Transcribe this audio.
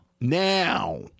now